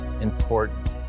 important